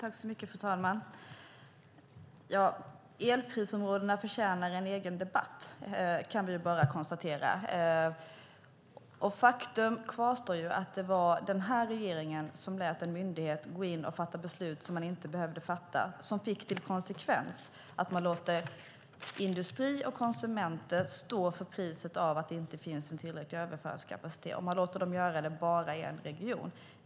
Fru talman! Elprisområdena förtjänar en egen debatt, kan vi konstatera. Faktum kvarstår: Det var den här regeringen som lät en myndighet gå in och fatta beslut som man inte behövde fatta, vilket fick som konsekvens att man låter industri och konsumenter stå för priset för att det inte finns tillräcklig överföringskapacitet och låter dem göra det i en enda region.